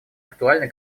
актуальны